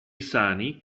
sani